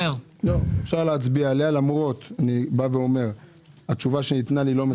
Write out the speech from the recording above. אפשר להצביע אותה למרות שהתשובה שניתנה לי לא מספקת.